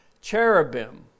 cherubim